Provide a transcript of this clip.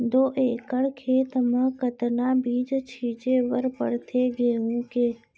दो एकड़ खेत म कतना बीज छिंचे बर पड़थे गेहूँ के?